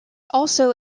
also